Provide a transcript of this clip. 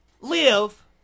live